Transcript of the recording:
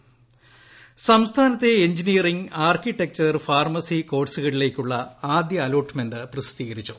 allotment സംസ്ഥാനത്തെ engineering architecture pharmacy കോഴ്സുകളിലേക്കുള്ള ആദ്യ അലോട്ട്മെന്റ് പ്രസിദ്ധീകരിച്ചു